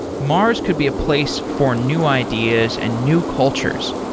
mars could be a place for new ideas and new cultures,